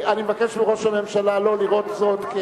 אני מבקש מראש הממשלה לא לראות זאת,